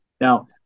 Now